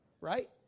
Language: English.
right